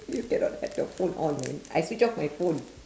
you cannot have your phone on man I switched off my phone